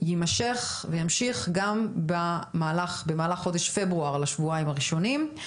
יימשך וימשיך גם במהלך חודש פברואר על השבועיים הראשונים.